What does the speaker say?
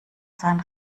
sein